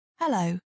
Hello